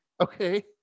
Okay